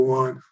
one